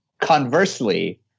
Conversely